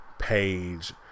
page